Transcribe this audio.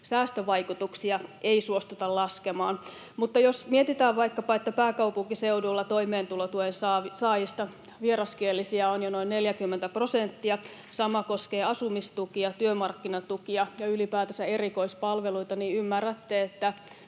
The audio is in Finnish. säästövaikutuksia suostuta laskemaan. Mutta jos vaikkapa mietitään, että pääkaupunkiseudulla toimeentulotuen saajista vieraskielisiä on jo noin 40 prosenttia — sama koskee asumistukia, työmarkkinatukia ja ylipäätänsä erikoispalveluita — niin ymmärrätte, että